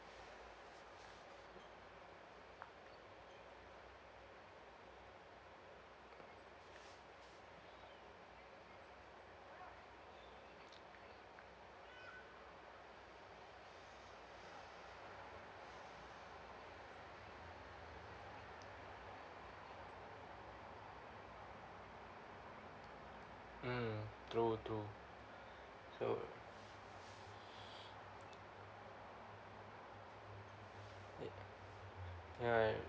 mm true true so ya